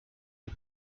les